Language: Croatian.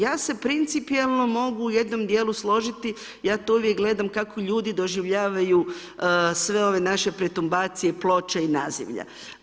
Ja se principijalno mogu jednom dijelu složiti, ja to uvijek gledam, ako ljudi doživljavaju sve ove naše perturbacije ploča i nazivalja.